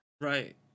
right